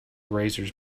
razors